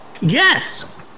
Yes